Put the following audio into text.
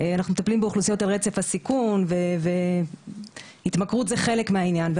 אנחנו מטפלים באוכלוסיות על רצף הסיכון והתמכרות זה חלק מהעניין.